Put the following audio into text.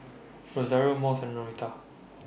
Rosario Mose and Norita